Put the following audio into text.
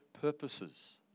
purposes